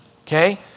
okay